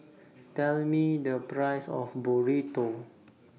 Tell Me The Price of Burrito